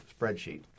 spreadsheet